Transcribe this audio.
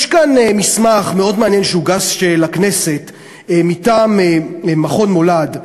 יש כאן מסמך מאוד מעניין שהוגש לכנסת מטעם מכון "מולד",